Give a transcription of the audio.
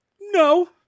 No